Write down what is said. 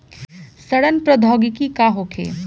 सड़न प्रधौगकी का होखे?